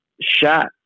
shot